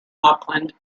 auckland